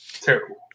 terrible